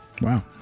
Wow